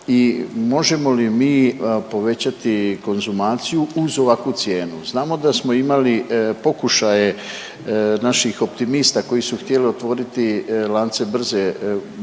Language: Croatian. i možemo li mi povećati konzumaciju uz ovakvu cijenu. Znamo da smo imali pokušaje naših optimista koji su htjeli otvoriti lance brze